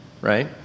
right